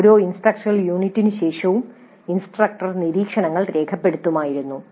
ഓരോ ഇൻസ്ട്രക്ഷണൽ യൂണിറ്റിനു ശേഷവും ഇൻസ്ട്രക്ടർ നിരീക്ഷണങ്ങൾ രേഖപ്പെടുത്തുമായിരുന്നു